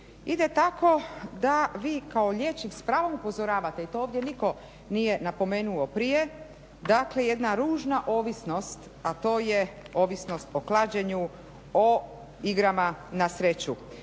ide tako da vi kao liječnik s pravom upozoravate i to ovdje nitko nije napomenuo prije dakle, jedna ružna ovisnost a to je ovisnost o klađenju, o igrama na sreću,